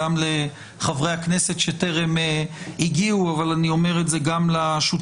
גם לחברי הכנסת שטרם הגיעו אבל אני אומר את זה גם לשותפים